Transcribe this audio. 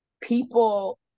people